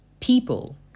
people